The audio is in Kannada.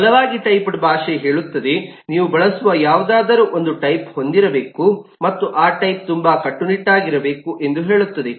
ಬಲವಾಗಿ ಟೈಪ್ಡ್ ಭಾಷೆ ಹೇಳುತ್ತದೆ ನೀವು ಬಳಸುವ ಯಾವುದಾದರೂ ಒಂದು ಟೈಪ್ ಹೊಂದಿರಬೇಕು ಮತ್ತು ಆ ಟೈಪ್ ತುಂಬಾ ಕಟ್ಟುನಿಟ್ಟಾಗಿರಬೇಕು ಎಂದು ಹೇಳುತ್ತದೆ